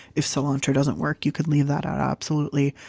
if cilantro doesn't work, you could leave that out absolutely.